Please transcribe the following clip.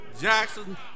Jackson